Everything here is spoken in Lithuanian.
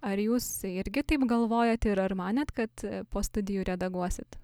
ar jūs irgi taip galvojot ir ar manėt kad po studijų redaguosit